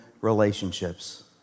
relationships